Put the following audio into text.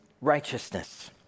righteousness